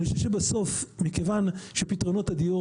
אני חושב שבסוף מכיוון שפתרונות הדיור